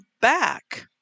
back